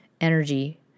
energy